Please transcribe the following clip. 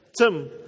Tim